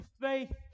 faith